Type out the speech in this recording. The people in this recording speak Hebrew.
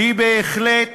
היא בהחלט